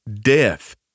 Death